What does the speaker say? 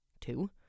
Two